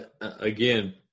again